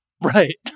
Right